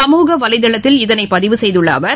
சமூக வலைதளத்தில் இதனை பதிவு செய்துள்ள அவர்